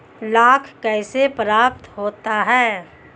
लाख कैसे प्राप्त होता है?